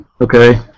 Okay